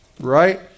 right